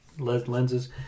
Lenses